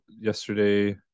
yesterday